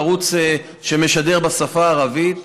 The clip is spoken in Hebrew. הערוץ שמשדר בשפה הערבית,